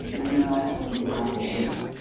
is now having to grapple with